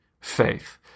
faith